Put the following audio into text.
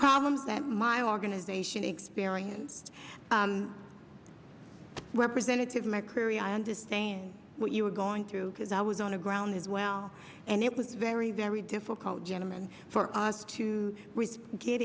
problems that my organization experience representatives mccreary i understand what you are going through because i was on the ground as well and it was very very difficult gentleman for us to get